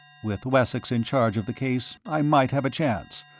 with wessex in charge of the case i might have a chance.